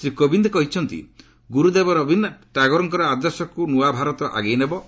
ସେ କହିଛନ୍ତି ଗୁରୁଦେବ ରବୀନ୍ଦ୍ରନାଥ ଟାଗୋରଙ୍କର ଆଦର୍ଶକୁ ନୂଆ ଭାରତ ଆଗେଇ ନେବ